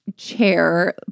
chair